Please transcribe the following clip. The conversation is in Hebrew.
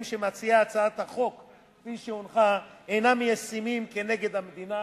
שמציעה הצעת החוק כפי שהונחה אינם ישימים כנגד המדינה